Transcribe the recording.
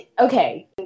okay